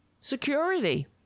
security